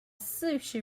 sushi